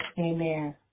Amen